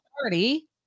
party